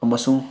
ꯑꯃꯁꯨꯡ